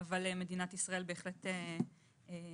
אבל מדינת ישראל רוכשת אותם.